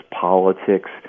politics